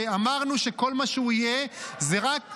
שאמרנו שכל מה שהוא יהיה זה רק --- באף